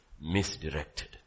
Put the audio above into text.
misdirected